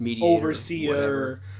overseer